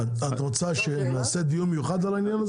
את רוצה שנעשה דיון מיוחד על העניין הזה?